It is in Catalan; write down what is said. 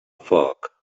foc